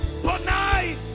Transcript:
Tonight